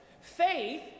Faith